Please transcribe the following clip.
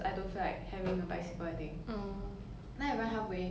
like I I think the bicycle caught on my my crocs